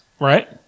Right